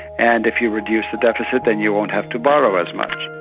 and if you reduce the deficit then you won't have to borrow as much.